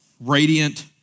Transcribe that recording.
radiant